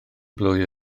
blwydd